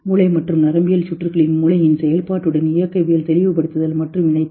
மூளை மற்றும் நரம்பியல் சுற்றுகளின் மூளையின் செயல்பாட்டுடன் இயக்கவியல் தெளிவுபடுத்துதல் மற்றும் இணைத்தல்